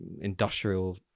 industrial